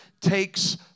takes